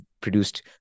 produced